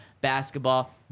basketball